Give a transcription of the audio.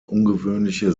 ungewöhnliche